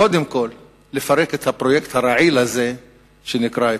קודם כול לפרק את הפרויקט הרעיל הזה שנקרא התנחלויות.